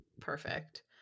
Perfect